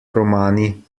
romani